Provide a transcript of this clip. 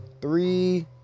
three